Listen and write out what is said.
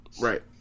Right